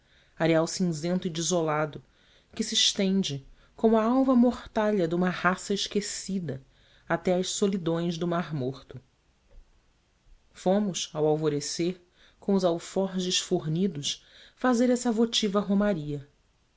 areal cinzento e desolado que se estende como a alva mortalha de uma raça esquecida até às solidões do mar morto fomos ao alvorecer com os alforjes fornidos fazer essa votiva romaria